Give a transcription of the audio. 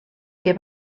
que